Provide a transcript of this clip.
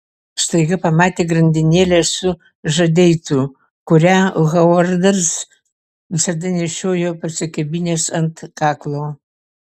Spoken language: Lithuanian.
staiga pamatė grandinėlę su žadeitu kurią hovardas visada nešiojo pasikabinęs ant kaklo